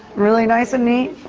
really nice and neat.